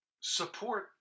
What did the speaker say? support